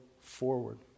forward